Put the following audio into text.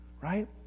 right